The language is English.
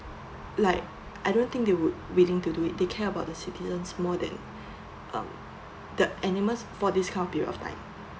like I don't think they would willing to do it they care about the citizens more than um the animals for this kind of period of time